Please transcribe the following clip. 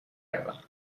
روم